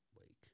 Wake